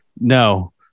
No